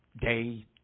day